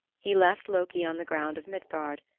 he left loki on the ground of midgard,